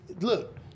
look